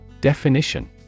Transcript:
Definition